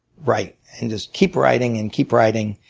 write and just keep writing and keep writing.